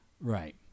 Right